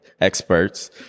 experts